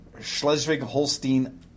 Schleswig-Holstein